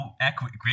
Equity